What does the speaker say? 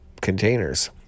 containers